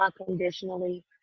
unconditionally